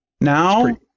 Now